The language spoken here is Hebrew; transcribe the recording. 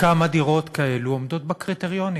כמה דירות כאלו עומדות בקריטריונים?